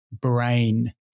brain